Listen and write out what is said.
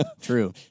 True